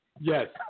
Yes